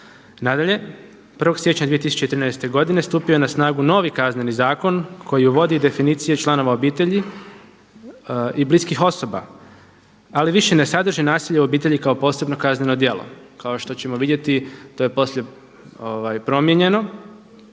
Nadalje, 1. siječnja 2013. godine stupio je na snagu novi Kazneni zakon koji uvodi definicije članova obitelji i bliskih osoba, ali više ne sadrži nasilje u obitelji kao posebno kazneno djelo. Kao što ćemo vidjeti to je poslije promijenjeno